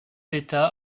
bêta